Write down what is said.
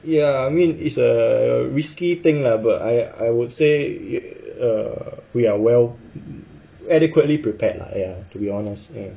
ya I mean it's a risky thing lah but I I would say it uh we are well adequately prepared lah ya to be honest